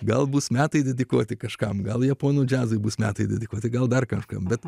gal bus metai dedikuoti kažkam gal japonų džiazai bus metai dedikuoti gal dar kažkam bet